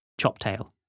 Choptail